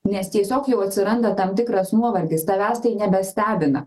nes tiesiog jau atsiranda tam tikras nuovargis tavęs tai nebestebina